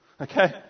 Okay